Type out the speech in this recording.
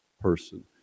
person